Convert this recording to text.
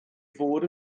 fod